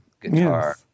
guitar